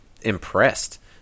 impressed